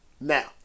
Now